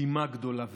אימה גדולה וירח".